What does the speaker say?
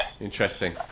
Interesting